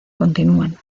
continúan